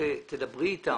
שתדברי אתם.